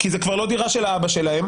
כי זו כבר לא דירה של אבא שלהם,